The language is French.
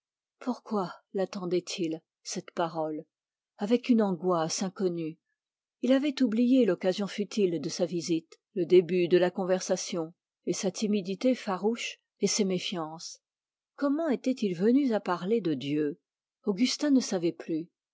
pourquoi lattendait il cette parole avec une angoisse inconnue il avait oublié l'occasion futile de sa visite le début de la conversation et sa timidité farouche et ses méfiances comment étaient-ils venus à parler de dieu augustin ne savait plus